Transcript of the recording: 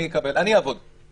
אני אעבוד על זה.